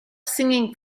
singing